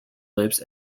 loops